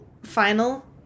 final